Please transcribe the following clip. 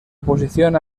oposición